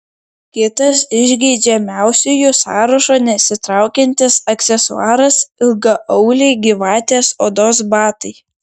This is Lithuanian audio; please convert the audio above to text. kitas iš geidžiamiausiųjų sąrašo nesitraukiantis aksesuaras ilgaauliai gyvatės odos batai